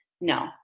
No